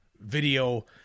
video